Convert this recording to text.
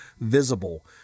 visible